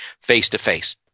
face-to-face